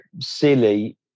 Silly